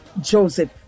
Joseph